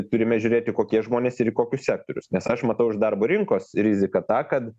turime žiūrėti kokie žmonės ir į kokius sektorius nes aš matau iš darbo rinkos riziką tą kad